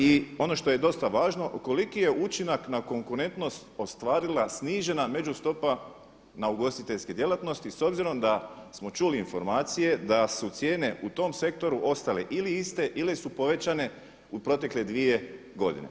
I ono što je dosta važno koliki je učinak na konkurentnost ostvarila snižena među stopa na ugostiteljske djelatnosti, s obzirom da smo čuli informacije da su cijene u tom sektoru ostale ili iste ili su povećane u protekle dvije godine.